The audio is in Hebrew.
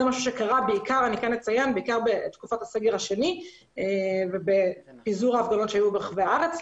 זה משהו שקרה בעיקר בתקופת הסגר השני ובפיזור ההפגנות שהיו ברחבי הארץ.